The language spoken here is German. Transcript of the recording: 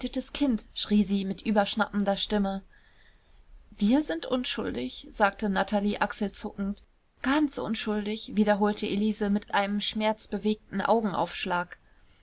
kind schrie sie mit überschnappender stimme wir sind unschuldig sagte natalie achselzuckend ganz unschuldig wiederholte elise mit einem schmerzbewegten augenaufschlag